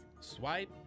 Swipe